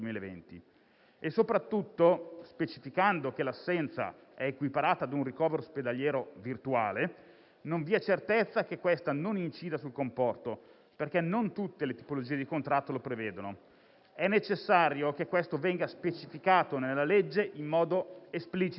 e soprattutto, specificando che l'assenza è equiparata ad un ricovero ospedaliero virtuale, non vi è certezza che questa non incida sul comporto, perché non tutte le tipologie di contratto lo prevedono. È necessario che questo venga specificato nella legge in modo esplicito.